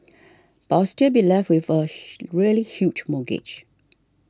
but I would still be left with a really huge mortgage